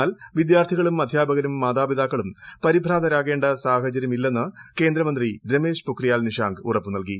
എന്നാൽ പിദ്യാർത്ഥികളും അദ്ധ്യാപകരും മാതാപിതാക്കളും പൂര്യീഭ്രാന്തരാകേണ്ട സാഹചര്യമില്ലെന്ന് കേന്ദ്രമന്ത്രി രമേശ് പൌത്തിയാൽ നിഷാങ്ക് ഉറപ്പു നൽകി